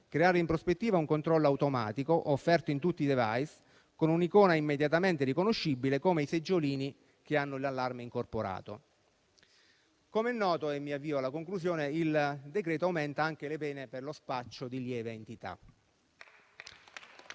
creare in prospettiva un controllo automatico offerto in tutti i *device* con un'icona immediatamente riconoscibile, come i seggiolini che hanno l'allarme incorporato. Com'è noto, il decreto aumenta anche le pene per lo spaccio di lieve entità.